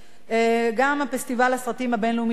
גם פסטיבל הסרטים הבין-לאומי של הסטודנטים